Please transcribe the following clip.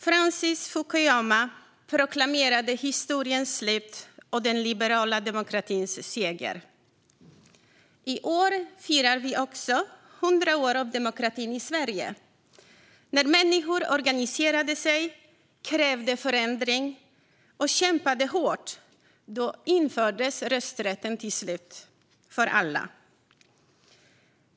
Francis Fukuyama proklamerade historiens slut och den liberala demokratins seger. I år firar vi också 100 år av demokrati i Sverige. När människor organiserade sig, krävde förändring och kämpade hårt - då infördes rösträtten till slut för alla.